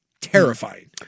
terrifying